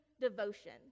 Devotion